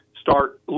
Start